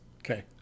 Okay